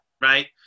right